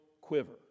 quiver